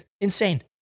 insane